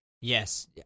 Yes